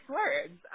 words